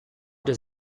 does